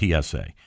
PSA